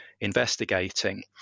investigating